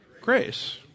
grace